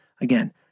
again